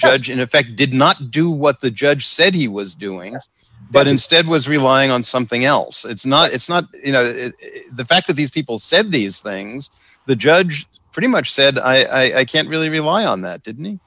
judge in effect did not do what the judge said he was doing but instead was relying on something else it's not it's not the fact that these people said these things the judge pretty much said i can't really rely on that di